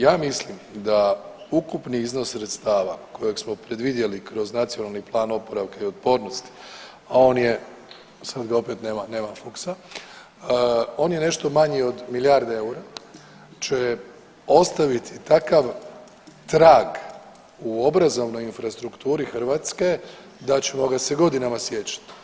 Ja mislim da ukupni iznos sredstava kojeg smo predvidjeli kroz Nacionalni plan oporavka i otpornosti, on je sad ga opet nema Fuchsa, one je nešto malo manji od milijardu eura će ostaviti takav trag u obrazovnoj infrastrukturi Hrvatske da ćemo ga se godinama sjećati.